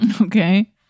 okay